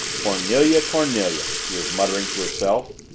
cornelia, cornelia, she was murmuring to herself,